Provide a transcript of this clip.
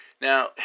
Now